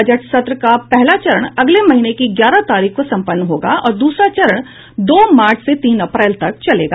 budget सत्र का पहला चरण अगले महीने की ग्यारह तारीख को संपन्न होगा और दूसरा चरण दो मार्च से तीन अप्रैल तक चलेगा